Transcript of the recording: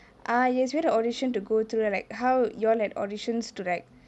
ah yes we had an audition to go through like how you all have auditions to like